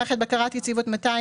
מערכת בקרת יציבות-220.